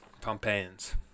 pompeians